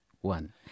one